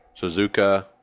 Suzuka